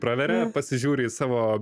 praveria pasižiūri į savo